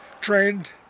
trained